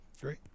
Great